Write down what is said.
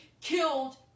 killed